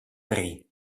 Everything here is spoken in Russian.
три